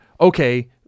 okay